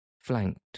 flanked